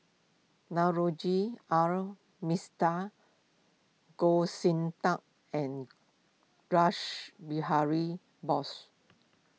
Navroji R Mistri Goh Sin Tub and Rash Behari Bose